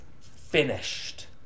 finished